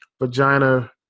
vagina